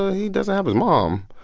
he doesn't have his mom.